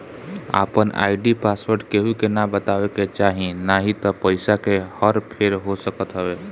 आपन ID password केहू के ना बतावे के चाही नाही त पईसा के हर फेर हो सकत हवे